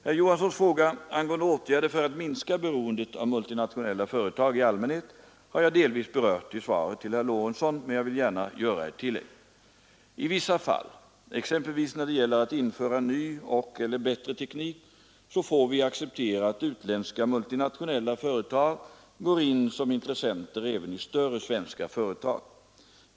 Herr Johanssons fråga angående åtgärder för att minska beroendet av multinationella företag i allmänhet har jag delvis berört i svaret till herr Lorentzon, men jag vill gärna göra ett tillägg. I vissa fall — exempelvis när det gäller att införa ny och/eller bättre teknik — får vi acceptera att utländska multinationella företag går in som intressenter även i större svenska företag.